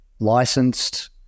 Licensed